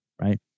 right